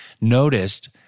noticed